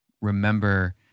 remember